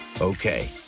Okay